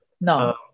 no